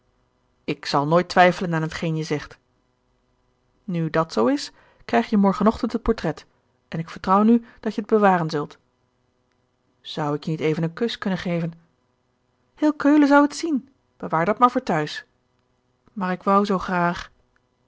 ik zal nooit twijfelen aan hetgeen je zegt nu dat zoo is krijg je morgen ochtend het portret en ik vertrouw nu dat je het bewaren zult zou ik je niet even een kus kunnen geven heel keulen zou het zien bewaar dat maar voor t'huis maar ik wou zoo graag